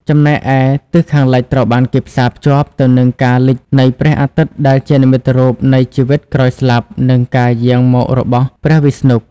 ចំណែកឯទិសខាងលិចត្រូវបានគេផ្សារភ្ជាប់ទៅនឹងការលិចនៃព្រះអាទិត្យដែលជានិមិត្តរូបនៃជីវិតក្រោយស្លាប់និងការយាងមករបស់ព្រះវិស្ណុ។